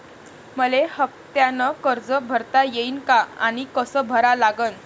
मले हफ्त्यानं कर्ज भरता येईन का आनी कस भरा लागन?